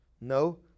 No